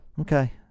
Okay